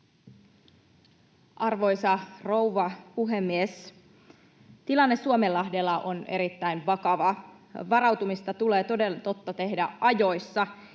Arvoisa rouva puhemies! Tilanne Suomenlahdella on erittäin vakava. Varautumista tulee toden totta tehdä ajoissa.